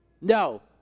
No